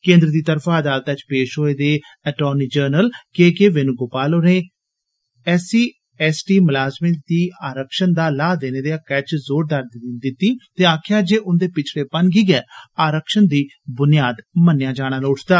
केन्द्र दी तरफा अदालतै च पेश होए दे attorney general K K Venugopal होरें एस सी एस टी मलाजमें गी आरक्षण दा लाह देने दे हक्कै च जोरदार दलील दिती ते आक्खेआ जे उन्दे पछड़ेपन गी गै आरक्षण दी बुनियाद मन्नेया जाना लोड़चदा